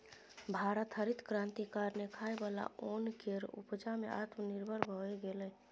भारत हरित क्रांति कारणेँ खाइ बला ओन केर उपजा मे आत्मनिर्भर भए गेलै